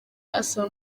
asaba